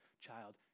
child